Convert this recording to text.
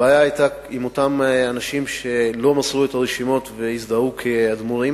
הבעיה היתה עם אותם אנשים שלא מסרו את הרשימות והזדהו כאדמו"רים.